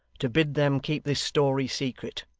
to bid them keep this story secret.